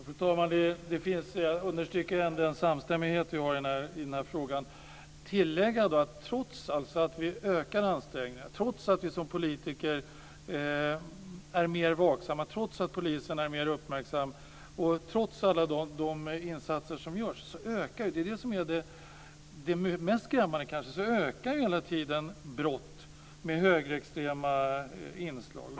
Fru talman! Jag understryker den samstämmighet som vi har i den här frågan. Men jag vill tillägga att trots att vi ökar ansträngningarna, trots att vi som politiker är mer vaksamma, trots att poliserna är mer uppmärksamma och trots alla de insatser som görs, så ökar hela tiden brott med högerextrema inslag, vilket kanske är det mest skrämmande.